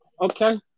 Okay